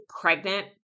pregnant